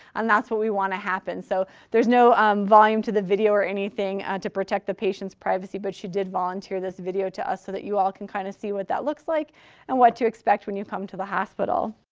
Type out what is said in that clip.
and that's what we wanna happen. so there's no um volume to the video or anything to protect the patient's privacy, but she did volunteer this video to us so that you all can kind of see what that looks like and what to expect when you come to the hospital.